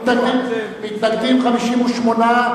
מתנגדים, 58,